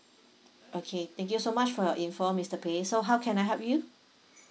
okay thank you so much for your info mister peh so how can I help you